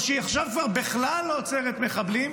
או שעכשיו היא כבר בכלל לא עוצרת מחבלים,